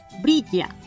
brilla